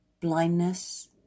blindness